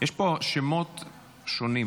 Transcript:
--- יש פה שמות שונים,